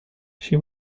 she